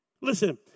Listen